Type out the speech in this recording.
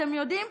אתם יודעים?